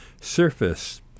surface